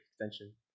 extension